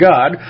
God